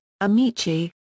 Amici